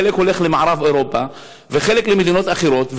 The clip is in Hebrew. חלק הולכים למערב אירופה וחלק למדינות אחרות.